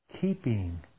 keeping